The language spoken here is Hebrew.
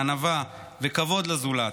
ענווה וכבוד לזולת.